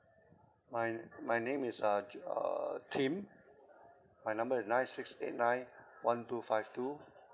my my name is uh err tim my number is nine six eight nine one two five two